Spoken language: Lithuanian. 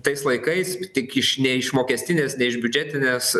tais laikais tik iš ne iš mokestinės ne iš biudžetinės